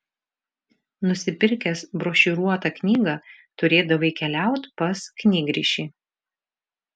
nusipirkęs brošiūruotą knygą turėdavai keliaut pas knygrišį